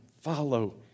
follow